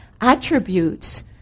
attributes